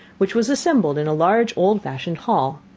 which was assembled in a large old-fashioned hall.